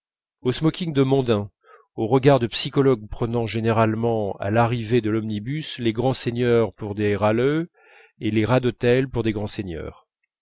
au smoking de mondain au regard de psychologue prenant généralement à l'arrivée de l omnibus les grands seigneurs pour des râleux et les rats d'hôtel pour des grands seigneurs